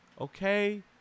okay